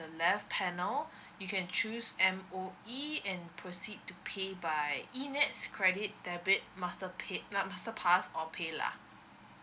left panel you can choose M_O_E and proceed to pay by E nets credit debit master paid not master pass or paylah